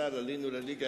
בכדורסל ועלינו לליגה,